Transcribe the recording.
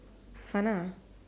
Fana